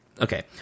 Okay